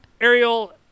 Ariel